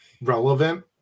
relevant